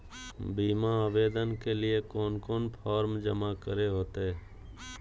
बीमा आवेदन के लिए कोन कोन फॉर्म जमा करें होते